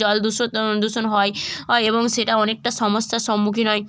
জলদূষণ দূষণ হয় এবং সেটা অনেকটা সমস্যার সম্মুখীন হয়